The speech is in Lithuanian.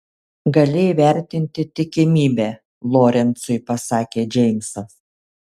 gali įvertinti tikimybę lorencui pasakė džeimsas